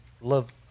love